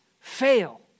fail